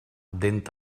dent